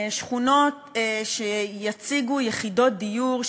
שכונות שיציגו יחידות דיור,